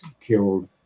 killed